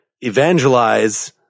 Evangelize